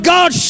God